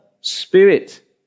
spirit